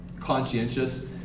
conscientious